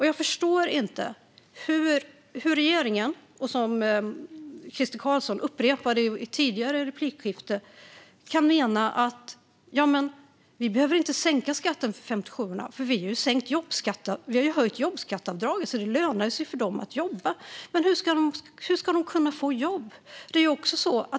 Jag förstår inte hur regeringen - vilket Crister Carlsson upprepade i ett tidigare replikskifte - kan mena att man inte behöver sänka skatten för 57:orna eftersom man har höjt jobbskatteavdraget så att det lönar sig för dem att jobba. Men hur ska de kunna få jobb?